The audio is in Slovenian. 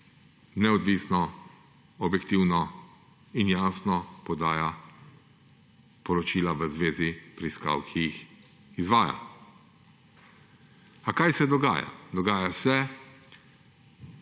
neodvisno, objektivno in jasno podaja poročila v zvezi s preiskavami, ki jih izvaja. A kaj se dogaja? Dogaja se,